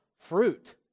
fruit